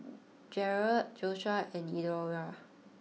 Jerold Joshuah and Eudora